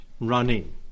running